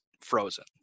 frozen